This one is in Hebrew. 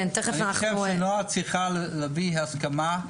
אני חושב שנועה צריכה להביא הסכמה.